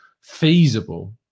feasible